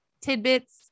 tidbits